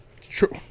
True